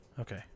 Okay